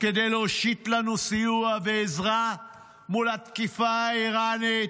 כדי להושיט לנו סיוע ועזרה מול התקיפה האיראנית?